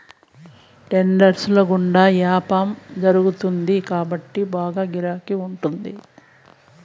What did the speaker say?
trades ల గుండా యాపారం జరుగుతుంది కాబట్టి బాగా గిరాకీ ఉంటాది